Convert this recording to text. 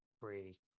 free